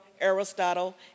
Aristotle